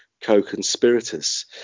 co-conspirators